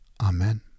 Amen